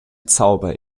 zauber